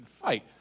fight